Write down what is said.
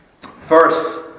First